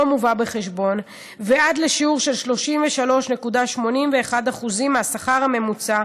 מובא בחשבון ועד לשיעור של 33.81% מהשכר הממוצע,